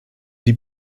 die